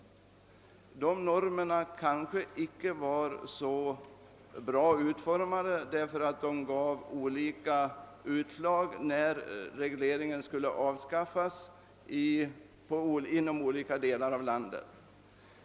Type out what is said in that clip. Dessa normer kanske icke var så bra utformade, enär de gav olika utslag allteftersom regleringen skulle komma att avskaffas inom olika delar av landet.